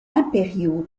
impériaux